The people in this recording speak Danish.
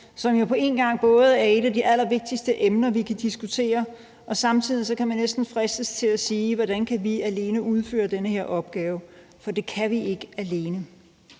jo på en gang både er et af de allervigtigste emner, vi kan diskutere, og hvor man samtidig næsten kan fristes til at spørge, hvordan vi alene kan udføre den her opgave. For det kan vi ikke alene.